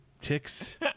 ticks